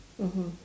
mmhmm